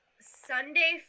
Sunday